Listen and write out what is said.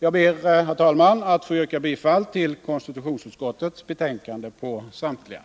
Jag ber, herr talman, att få yrka bifall till konstitutionsutskottets hemställan på samtliga punkter.